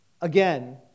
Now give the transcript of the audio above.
again